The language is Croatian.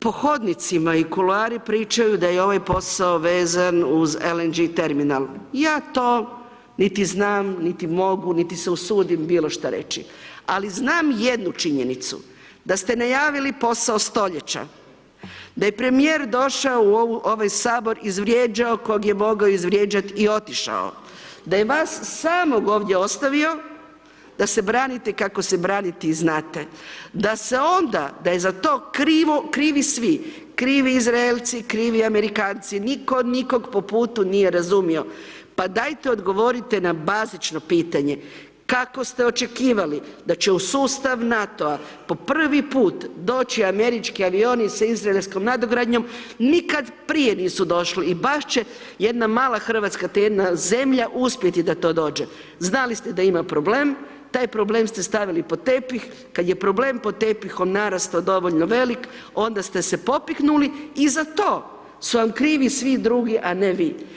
Po hodnicima i kulari pričaju da je ovaj posao vezan uz LNG terminal, ja to niti znam, niti mogu, niti se usudim bilo šta reći, ali znam jednu činjenicu da ste najavili posao stoljeća, da je premijer došao u ovaj HS, izvrijeđao kog je mogao izvrijeđat i otišao, da je vas samog ovdje ostavio da se branite kako se braniti znate, da se onda, da je za to krivo, krivi svi, krivi Izraelci, krivi Amerikanci, niko nikog po putu nije razumio, pa dajte odgovorite na bazično pitanje, kako ste očekivali da će u sustav NATO-a po prvi put doći američki avioni sa izraelskom nadogradnjom, nikad prije nisu došli i baš će jedna mala RH, te jedna zemlja uspjeti da to dođe, znali ste da ima problem, taj problem ste stavili pod tepih, kad je problem pod tepihom narastao dovoljno velik, onda ste se popiknuli i za to su vam krivi svi drugi, a ne vi.